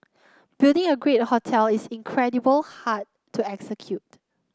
building a great hotel is incredibly hard to execute